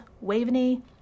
Waveney